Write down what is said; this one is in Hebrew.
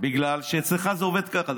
בגלל שאצלך זה עובד ככה.